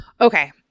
okay